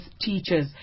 teachers